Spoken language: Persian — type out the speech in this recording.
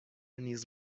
نیز